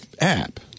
app